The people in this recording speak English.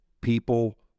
people